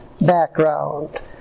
background